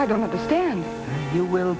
i don't understand you will